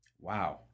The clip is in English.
Wow